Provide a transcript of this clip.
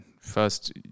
First